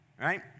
right